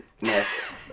miss